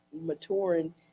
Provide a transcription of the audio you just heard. maturing